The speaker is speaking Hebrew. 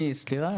סליחה,